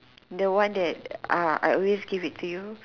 the one that uh I always give it to you